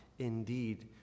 Indeed